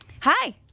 Hi